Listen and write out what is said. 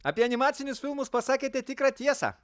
apie animacinius filmus pasakėte tikrą tiesą